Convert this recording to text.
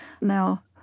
Now